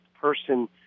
person